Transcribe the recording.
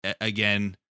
Again